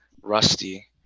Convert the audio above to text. rusty